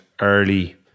early